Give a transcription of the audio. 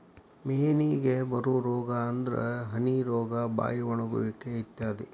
ಮೇನಿಗೆ ಬರು ರೋಗಾ ಅಂದ್ರ ಹನಿ ರೋಗಾ, ಬಾಯಿ ಒಣಗುವಿಕೆ ಇತ್ಯಾದಿ